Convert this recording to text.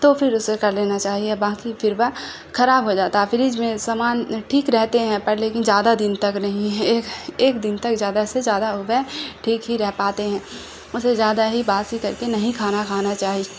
تو پھر اسے کر لینا چاہیے باقی پھروہ خراب ہو جاتا فریج میں سامان ٹھیک رہتے ہیں پر لیکن زیادہ دن تک نہیں ایک دن تک زیادہ سے جیادہ ہو گئے ٹھیک ہی رہ پاتے ہیں اسے زیادہ ہی باسی کر کے نہیں کھانا کھانا چاہیے